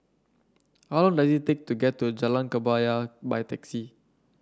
how long does it take to get to Jalan Kebaya by taxi